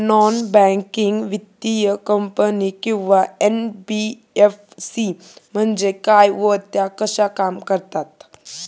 Non banking वित्तीय company किंवा NBFC म्हणजे काय व त्या कशा काम करतात?